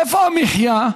איפה המחיה?